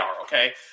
okay